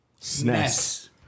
SNES